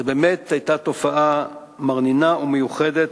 זאת באמת היתה תופעה מרנינה ומיוחדת